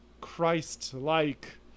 Christ-like